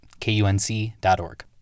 KUNC.org